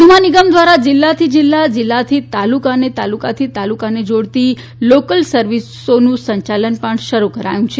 વધુમાં નિગમ દ્વારા જીલ્લાથી જીલ્લા જીલ્લાથી તાલુકા અને તાલુકાથી તાલુકાને જોડતી લોકલ સર્વિસોનું સંચાલન શરૂ થયું છે